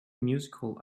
musical